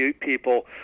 people